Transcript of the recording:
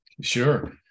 sure